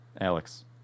Alex